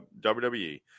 WWE